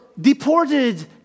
deported